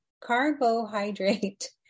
carbohydrate